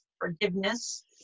forgiveness